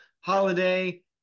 holiday